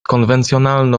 konwencjonalno